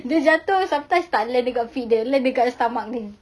dia jatuh sometimes tak land dekat feet dia land dekat stomach dia